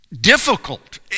difficult